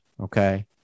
okay